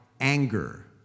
anger